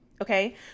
okay